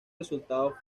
resultado